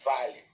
value